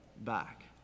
back